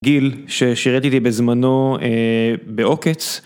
גיל ששירת איתי בזמנו אה.. בעוקץ.